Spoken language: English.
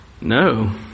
no